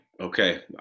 Okay